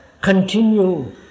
continue